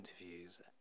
interviews